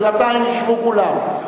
בינתיים ישבו כולם.